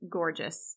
gorgeous